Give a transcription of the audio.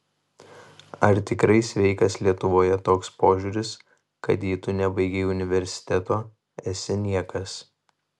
ar tikrai sveikas lietuvoje toks požiūris kad jei tu nebaigei universiteto esi niekas